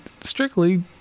strictly